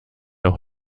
auch